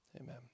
Amen